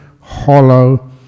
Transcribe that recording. hollow